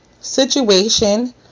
situation